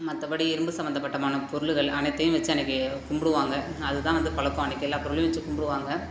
மற்றபடி இரும்பு சம்மந்தப்பட்டமான பொருட்கள் அனைத்தையும் வெச்சு அன்றைக்கி கும்பிடுவாங்க அது தான் வந்து பழக்கோம் அன்றைக்கி எல்லா பொருளையும் வெச்சு கும்பிடுவாங்க